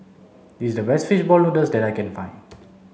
this is the best fish ball noodles that I can find